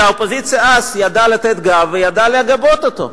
שהאופוזיציה אז ידעה לתת גב, ידעה לגבות אותו.